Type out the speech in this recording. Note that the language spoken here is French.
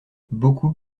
beaucoup